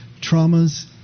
traumas